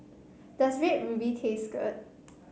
does Red Ruby taste good